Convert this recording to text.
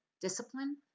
discipline